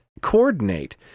coordinate